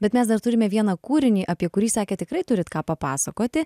bet mes dar turime vieną kūrinį apie kurį sakėt tikrai turit ką papasakoti